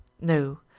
no